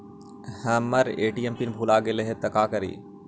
हमर ATM pin भूला गेली हे, तो का करि?